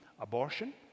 abortion